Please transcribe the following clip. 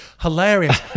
hilarious